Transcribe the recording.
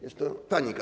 Jest to panika.